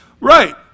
Right